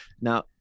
now